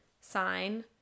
sign